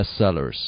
bestsellers